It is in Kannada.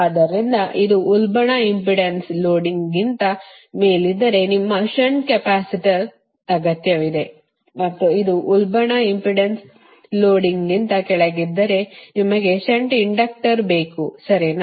ಆದ್ದರಿಂದ ಇದು ಉಲ್ಬಣ ಇಂಪೆಡೆನ್ಸ್ ಲೋಡಿಂಗ್ಗಿಂತ ಮೇಲಿದ್ದರೆ ನಿಮಗೆ ಷಂಟ್ ಕೆಪಾಸಿಟರ್ ಅಗತ್ಯವಿದೆ ಮತ್ತು ಅದು ಉಲ್ಬಣ ಇಂಪೆಡೆನ್ಸ್ ಲೋಡಿಂಗ್ಗಿಂತ ಕೆಳಗಿದ್ದರೆ ನಿಮಗೆ ಷಂಟ್ ಇಂಡಕ್ಟರ್ ಬೇಕು ಸರಿನಾ